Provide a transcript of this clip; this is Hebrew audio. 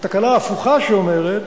התקלה ההפוכה, שאומרת: